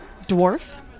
dwarf